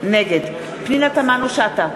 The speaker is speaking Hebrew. נגד פנינה תמנו-שטה,